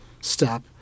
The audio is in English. step